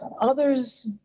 others